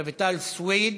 רויטל סויד,